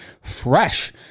fresh